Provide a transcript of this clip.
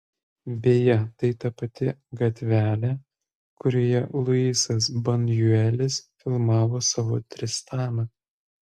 beje tai ta pati gatvelė kurioje luisas bunjuelis filmavo savo tristaną